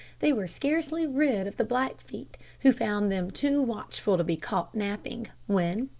they were scarcely rid of the blackfeet, who found them too watchful to be caught napping, when,